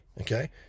okay